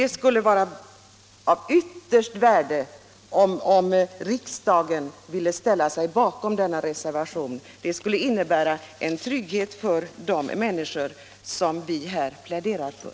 Det skulle vara av yttersta värde om riksdagen ville ställa sig bakom denna reservation. Det skulle innebära en trygghet för de människor som vi här pläderar för.